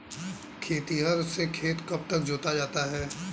खेतिहर से खेत कब जोता जाता है?